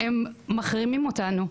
- הם מחרימים אותנו.